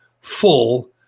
full